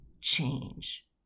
change